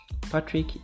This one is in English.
patrick